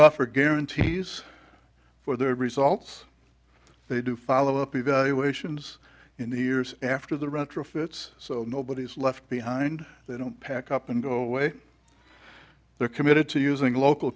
offer guarantees for their results they do follow up evaluations in the years after the retrofits so nobody is left behind they don't pack up and go away they're committed to using local